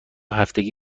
هفتگی